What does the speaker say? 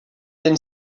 been